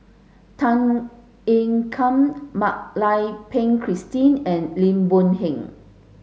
Tan Ean Kiam Mak Lai Peng Christine and Lim Boon Heng